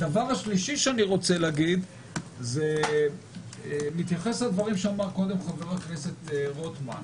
הדבר הנוסף שאני רוצה לומר מתייחס לדברים שאמר קודם חבר הכנסת רוטמן.